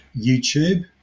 YouTube